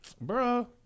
bro